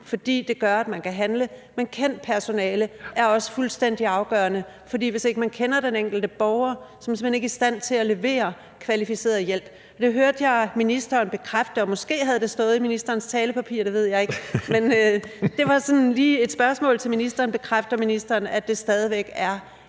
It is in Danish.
fordi det gør, at man kan handle, men kendt personale er også fuldstændig afgørende. For hvis ikke man kender den enkelte borger, er man simpelt hen ikke i stand til at levere kvalificeret hjælp. Det hørte jeg ministeren bekræfte, og måske stod det i ministerens talepapir, det ved jeg ikke. Men det var sådan lige et spørgsmål til ministeren: Bekræfter ministeren, at det stadig væk er